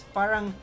parang